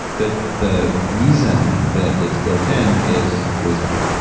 that the reason that it's built in is wisdom.